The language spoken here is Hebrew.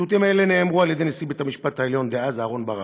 הציטוטים האלה נאמרו על-ידי נשיא בית-המשפט העליון דאז אהרן ברק.